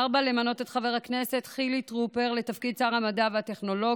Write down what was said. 4. למנות את חבר הכנסת חילי טרופר לתפקיד שר המדע והטכנולוגיה,